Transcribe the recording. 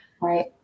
right